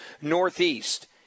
Northeast